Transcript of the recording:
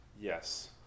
Yes